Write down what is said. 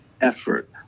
effort